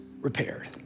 repaired